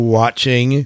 watching